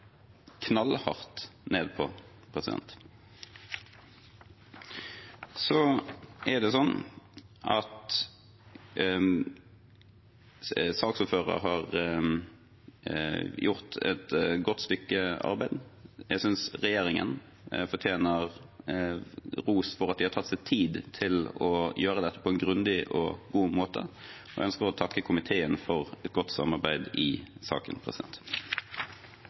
knallhardt ned på. Saksordføreren har gjort et godt stykke arbeid. Jeg synes regjeringen fortjener ros for at de har tatt seg tid til å gjøre dette på en grundig og god måte, og jeg ønsker å takke komiteen for et godt samarbeid i saken.